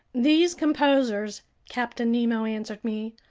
these composers, captain nemo answered me,